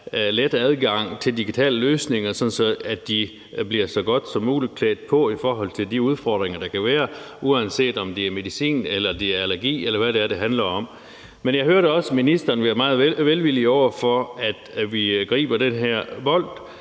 let adgang til digitale løsninger, sådan at de bliver så godt som muligt klædt på til de udfordringer, der kan være, uanset om det er medicin, allergi, eller hvad det er, det handler om. Men jeg hørte også ministeren være meget velvillig over for at gribe den her bold,